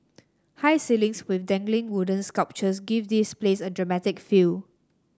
high ceilings with dangling wooden sculptures give this place a dramatic feel